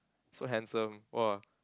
so handsome !wah!